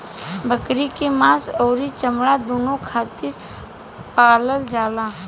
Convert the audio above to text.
बकरी के मांस अउरी चमड़ा दूनो खातिर पालल जाला